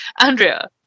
Andrea